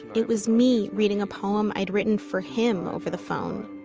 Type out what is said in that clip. it was me reading a poem i'd written for him over the phone.